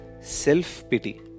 self-pity